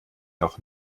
noch